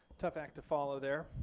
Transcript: tough act to follow there.